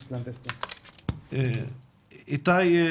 איתי,